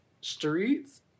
Streets